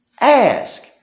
Ask